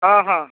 ହଁ ହଁ